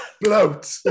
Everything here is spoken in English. Bloat